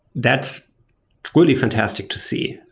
that's truly fantastic to see.